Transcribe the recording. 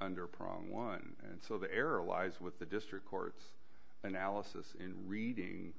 under prong one and so the error lies with the district court's analysis in reading